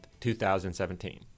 2017